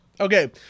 okay